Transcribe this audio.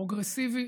פרוגרסיבי